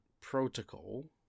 protocol